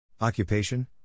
Occupation